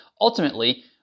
ultimately